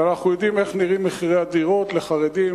ואנחנו יודעים איך נראים מחירי הדירות לחרדים,